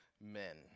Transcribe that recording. men